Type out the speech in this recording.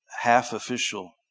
half-official